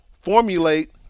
formulate